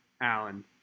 Alan